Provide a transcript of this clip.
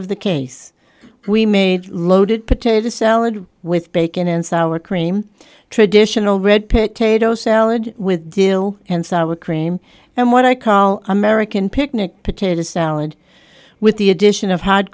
of the case we made loaded potato salad with bacon and solid cream traditional red pit taito salad with jill and side with cream and what i call american picnic potato salad with the addition of had